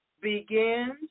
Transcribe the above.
begins